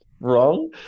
wrong